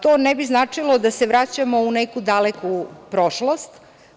To ne bi značilo da se vraćamo u neku daleku prošlost.